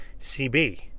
CB